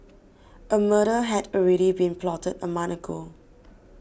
a murder had already been plotted a month ago